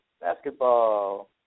Basketball